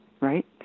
right